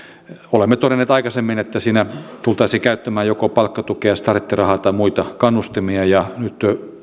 olemme todenneet aikaisemmin että siinä tultaisiin käyttämään joko palkkatukea starttirahaa tai muita kannustimia ja nyt